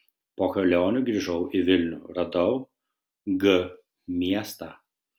po kelionių grįžau į vilnių radau g miestą